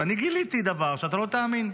ואני גיליתי דבר שאתה לא תאמין.